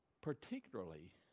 particularly